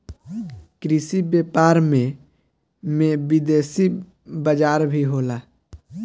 कृषि व्यापार में में विदेशी बाजार भी होला